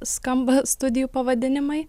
skamba studijų pavadinimai